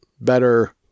better